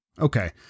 Okay